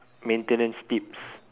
maintenance tips